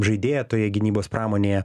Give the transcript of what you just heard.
žaidėja toje gynybos pramonėje